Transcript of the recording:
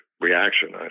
reaction